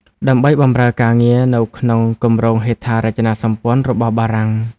ដើម្បីបម្រើការងារនៅក្នុងគម្រោងហេដ្ឋារចនាសម្ព័ន្ធរបស់បារាំង។